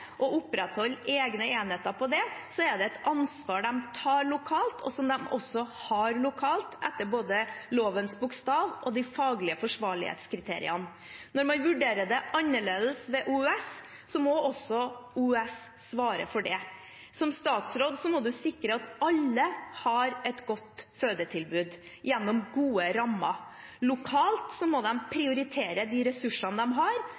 å opprettholde egne enheter for det, er det et ansvar de tar lokalt, og som de også har lokalt, etter både lovens bokstav og de faglige forsvarlighetskriteriene. Når man vurderer det annerledes ved OUS, må OUS svare for det. Som statsråd må man sikre at alle har et godt fødetilbud gjennom gode rammer. Lokalt må man prioritere de ressursene man har,